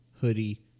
hoodie